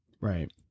Right